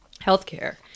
healthcare